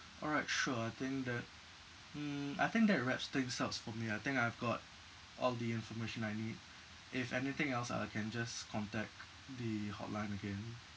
all right sure I think that mm I think that wraps things up for me I think I've got all the information I need if anything else uh I can just contact the hotline again